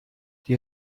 die